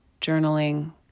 journaling